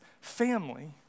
family